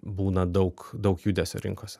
būna daug daug judesio rinkose